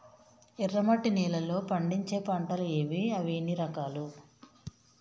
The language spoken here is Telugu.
ఎర్రమట్టి నేలలో పండించే పంటలు ఏవి? అవి ఎన్ని రకాలు?